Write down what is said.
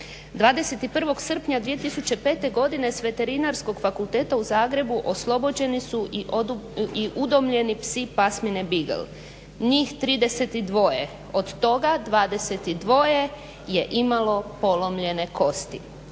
21. srpnja 2005. godine s Veterinarskog fakulteta u Zagrebu oslobođeni su i udomljeni psi pasmine Bigl. Njih 32, od toga 22 je imalo polomljene kosti.